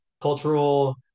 cultural